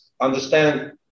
understand